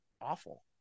awful